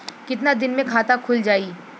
कितना दिन मे खाता खुल जाई?